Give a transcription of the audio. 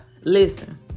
Listen